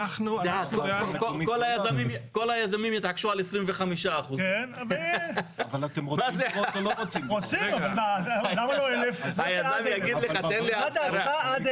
כל היזמים התעקשו על 25%. מה דעתך עד